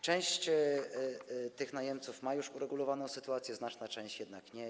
Część tych najemców ma już uregulowaną sytuację, znaczna część jednak nie ma.